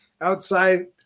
Outside